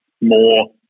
more